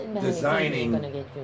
designing